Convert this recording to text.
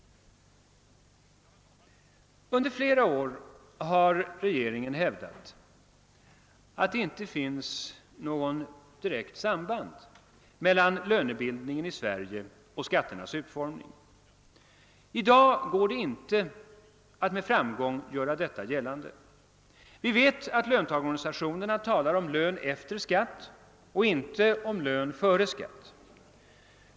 Under flera år har regeringen hävdat, att det inte finns något direkt samband mellan lönebildningen i Sverige och skatternas utformning. I dag går det inte att med framgång göra detta gällande. Vi vet att löntagarorganisationerna talar om lön efter skatt och inte om lön före skatt.